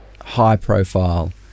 high-profile